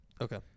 okay